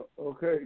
Okay